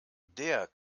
der